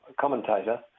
commentator